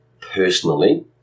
personally